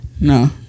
No